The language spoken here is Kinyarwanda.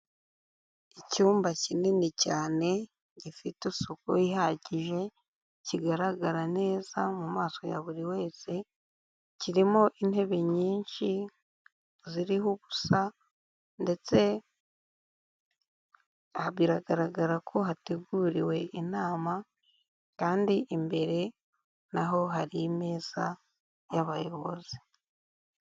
Icyumba kinini cyane gifite isuku ihagije, kigaragara neza mu maso ya buri wese, kirimo intebe nyinshi ziriho ubusa ndetse aha biragaragara ko hateguriwe inama kandi imbere na ho hari imeza y'abayobozi.